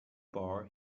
bar